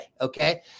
okay